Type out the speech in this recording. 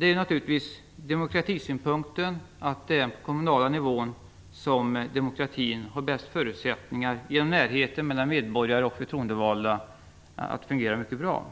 är naturligtvis demokratisynpunkten. Det är på den kommunala nivån som demokratin har de bästa förutsättningarna. Den kan genom närheten mellan medborgare och förtroendevalda där fungera mycket bra.